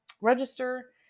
register